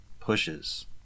pushes